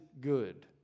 good